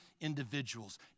individuals